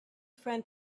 friend